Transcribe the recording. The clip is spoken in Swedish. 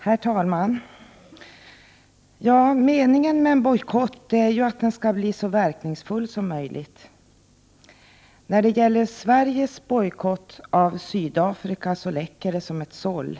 Herr talman! Meningen med en bojkott är att den skall bli så verkningsfull som möjligt. Men Sveriges bojkott av Sydafrika läcker som ett såll.